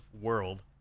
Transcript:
world